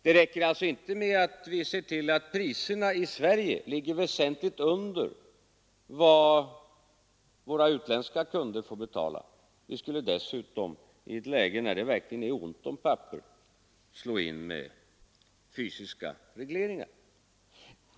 Det räcker alltså inte med att vi ser till att priserna i Sverige ligger väsentligt under vad våra utländska kunder får betala — vi skulle dessutom i ett läge när det verkligen är ont om papper ingripa med fysiska regleringar.